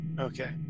Okay